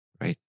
Right